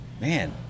man